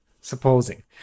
supposing